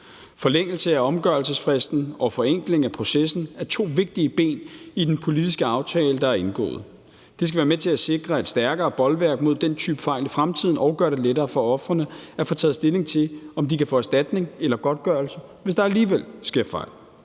Forlængelse af omgørelsesfristen og forenkling af processen er to vigtige ben i den politiske aftale, der er indgået. Det skal være med til at sikre et stærkere bolværk mod den type fejl i fremtiden og gøre det lettere for ofrene at få taget stilling til, om de kan få erstatning eller godtgørelse, hvis der alligevel sker fejl.